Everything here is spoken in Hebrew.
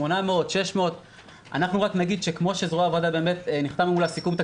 אנחנו נגיד שכמו שנחתם מול הזרוע התקציבית סיכום